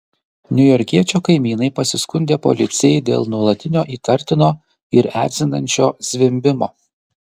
niujorkiečio kaimynai pasiskundė policijai dėl nuolatinio įtartino ir erzinančio zvimbimo